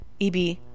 eb